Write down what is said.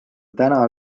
täna